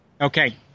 Okay